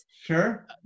Sure